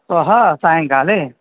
श्वः सायङ्काले